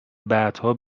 بعدها